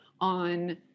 on